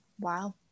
Wow